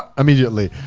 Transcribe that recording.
immediately.